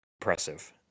impressive